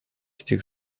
этих